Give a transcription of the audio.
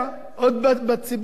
עוד בציבוריות,